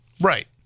Right